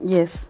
Yes